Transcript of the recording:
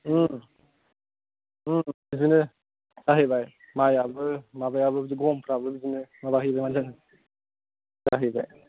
बिदिनो बाहायबाय माइयाबो माबायाबो गमफ्राबो बिदिनो माबाहैगौ माने जागोन जाहैबाय